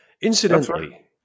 Incidentally